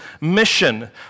mission